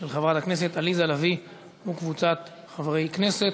של חברת הכנסת עליזה לביא וקבוצת חברי כנסת.